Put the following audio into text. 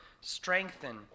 strengthen